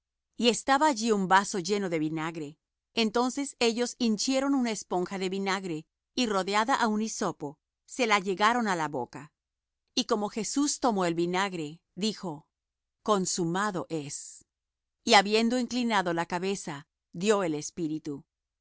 y estaba allí un vaso lleno de vinagre entonces ellos hinchieron una esponja de vinagre y rodeada á un hisopo se la llegaron á la boca y como jesús tomó el vinagre dijo consumado es y habiendo inclinado la cabeza dió el espíritu